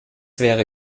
wäre